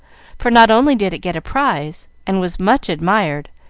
for not only did it get a prize, and was much admired,